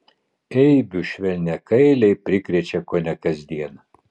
eibių švelniakailiai prikrečia kone kasdien